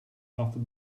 after